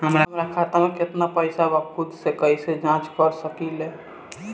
हमार खाता में केतना पइसा बा त खुद से कइसे जाँच कर सकी ले?